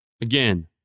Again